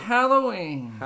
Halloween